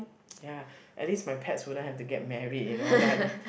ya at least my pets wouldn't have to get married you know then I don~